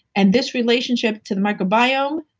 and this relationship to the microbiome,